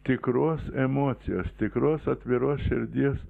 tikros emocijos tikros atviros širdies